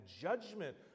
judgment